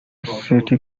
city